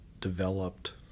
developed